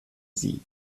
sie